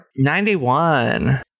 91